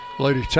Lady